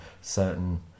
certain